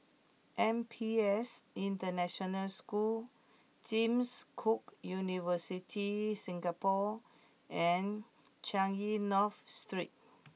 N P S International School James Cook University Singapore and Changi North Street